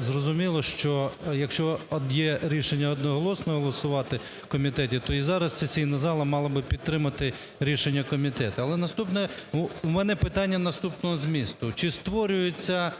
Зрозуміло, що якщо є рішення одноголосно голосувати в комітеті, то і зараз сесійна зала мала би підтримати рішення комітету. Але наступне… В мене питання наступного змісту. Чи створюються